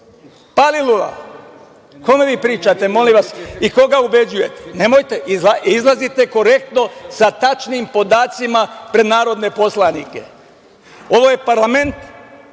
Paliluli, kome vi pričate molim vas i koga ubeđujete? Nemojte. Izlazite korektno sa tačnim podacima pred narodne poslanike. Ovo je parlament